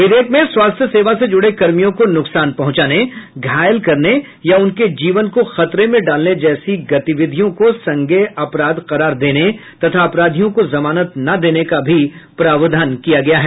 विधेयक में स्वास्थ्य सेवा से जुड़े कर्मियों को नुकसान पहुंचाने घायल करने या उनके जीवन को खतरे में डालने जैसी गतिविधियों को संज्ञेय अपराध करार देने तथा अपराधियों को जमानत न देने का भी प्रावधान किया गया है